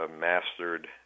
mastered